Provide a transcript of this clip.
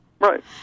Right